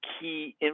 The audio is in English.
key